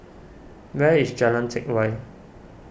where is Jalan Teck Whye